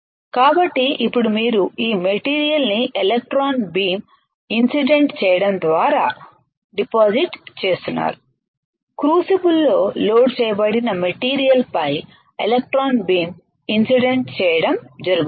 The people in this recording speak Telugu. కాబట్టి ఇప్పుడు మీరు ఈ మెటీరియల్ ని ఎలక్ట్రాన్ బీమ్ ఇన్సిడెంట్ చేయడం ద్వారా డిపాజిట్ చేస్తున్నారు క్రూసిబుల్లో లోడ్ చేయబడిన మెటీరియల్ పై ఎలక్ట్రాన్ బీమ్ ఇన్సిడెంట్ చేయడం జరుగుతుంది